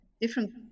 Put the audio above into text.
different